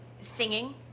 singing